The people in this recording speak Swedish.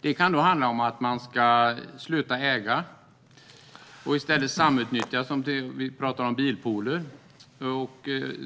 Det kan handla om att sluta äga och i stället samutnyttja, till exempel genom bilpooler, och